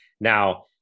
Now